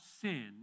sin